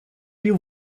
più